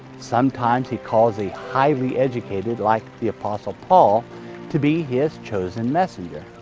sometimes he calls a highly educated like the apostle paul to be his chosen messenger.